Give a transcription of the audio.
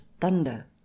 thunder